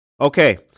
Okay